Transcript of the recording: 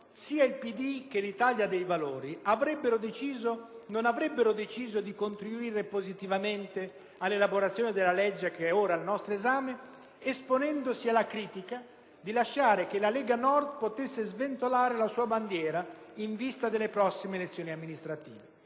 sia il PD che l'Italia dei Valori non avrebbero deciso di contribuire positivamente all'elaborazione della legge oggi al nostro esame, esponendosi alla critica di lasciare che la Lega Nord potesse sventolare la sua bandiera in vista delle prossime elezioni amministrative.